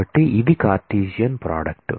కాబట్టి ఇది Cartesian product